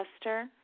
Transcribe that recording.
Esther